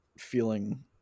feeling